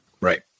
Right